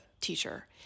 teacher